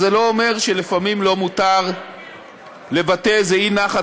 זה לא אומר שלפעמים לא מותר לבטא אי-נחת